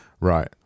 Right